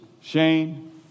Shane